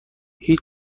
هیچ